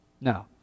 No